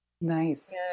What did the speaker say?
Nice